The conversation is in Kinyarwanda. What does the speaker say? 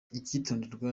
icyitonderwa